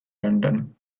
london